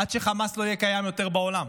כשחמאס לא יהיה קיים יותר בעולם,